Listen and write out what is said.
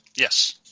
Yes